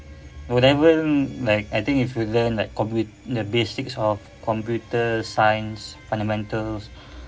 low level like I think if you learn like commu~ the basics of computer science fundamentals